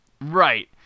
Right